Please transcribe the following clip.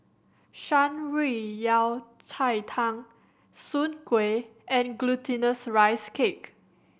Shan Rui Yao Cai Tang soon kway and Glutinous Rice Cake